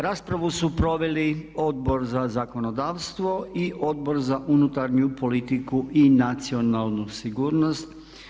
Raspravu su proveli Odbor za zakonodavstvo i Odbor za unutarnju politiku i nacionalnu sigurnost.